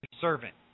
servant